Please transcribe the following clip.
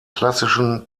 klassischen